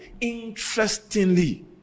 interestingly